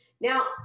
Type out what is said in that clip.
Now